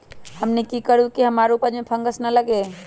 हमनी की करू की हमार उपज में फंगस ना लगे?